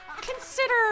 Consider